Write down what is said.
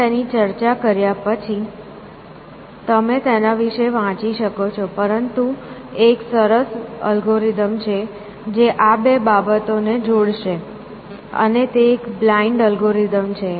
અહીં તેની ચર્ચા કર્યા પછી તમે તેના વિશે વાંચી શકો છો પરંતુ એક સરસ અલ્ગોરિધમ છે જે આ બે બાબતોને જોડશે અને તે એક બ્લાઇન્ડ અલ્ગોરિધમ છે